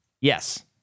Yes